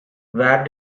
where